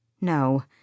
no